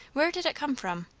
where did it come from?